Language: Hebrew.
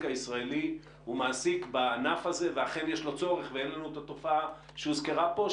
הישראלי מעסיק בענף הזה ואכן יש לו צורך ואין לנו את התופעה שהוזכרה פה,